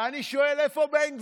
ואני שואל: איפה בן גביר?